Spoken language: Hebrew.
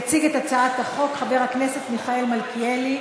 יציג את הצעת החוק חבר הכנסת מיכאל מלכיאלי,